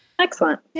Excellent